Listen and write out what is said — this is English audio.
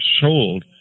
sold